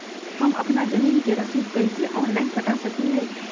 हम अपना जमीन के रसीद कईसे ऑनलाइन कटा सकिले?